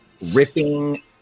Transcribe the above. ripping